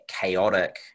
chaotic